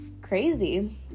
crazy